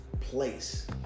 place